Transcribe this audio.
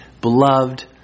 beloved